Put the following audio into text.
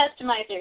customizers